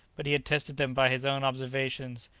but he had tested them by his own observations,